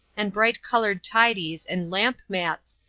and bright-colored tidies and lamp-mats,